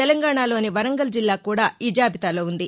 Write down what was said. తెలంగాణలోని వరంగల్ జిల్లా కూడా ఈ జాబితాలో ఉంది